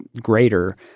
greater